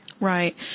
Right